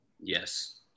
Yes